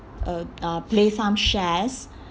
uh uh play some shares